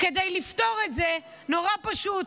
כדי לפתור את זה, נורא פשוט,